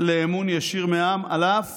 לאמון ישיר מהעם, אף